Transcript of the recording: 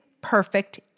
perfect